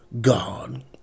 God